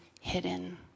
hidden